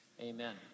amen